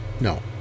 No